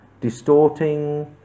distorting